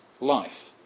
life